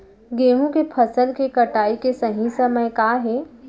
गेहूँ के फसल के कटाई के सही समय का हे?